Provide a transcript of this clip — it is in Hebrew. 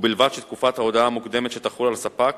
ובלבד שתקופת ההודעה המוקדמת שתחול על הספק